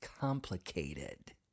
complicated